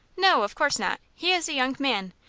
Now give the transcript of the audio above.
no of course not. he is a young man.